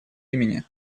имени